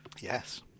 Yes